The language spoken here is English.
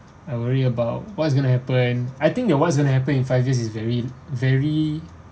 I worry about what's going to happen I think that what's going to happen in five years is very very